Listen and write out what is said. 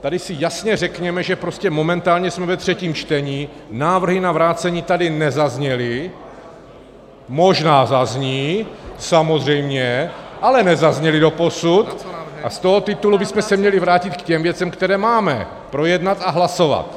Tady si jasně řekněme, že momentálně jsme ve třetím čtení, návrhy na vrácení tady nezazněly, možná zazní, samozřejmě , ale nezazněly doposud, a z toho titulu bychom se měli vrátit k těm věcem, které máme projednat a hlasovat.